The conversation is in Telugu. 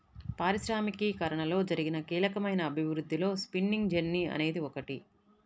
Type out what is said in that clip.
పారిశ్రామికీకరణలో జరిగిన కీలకమైన అభివృద్ధిలో స్పిన్నింగ్ జెన్నీ అనేది ఒకటి